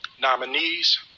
nominees